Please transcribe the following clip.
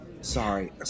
Sorry